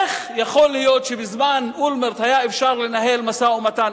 איך יכול להיות שבזמן אולמרט היה אפשר לנהל משא-ומתן,